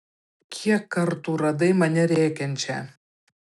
kiek kartų radai mane rėkiančią